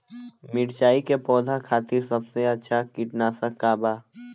मिरचाई के पौधा खातिर सबसे अच्छा कीटनाशक का बा?